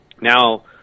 now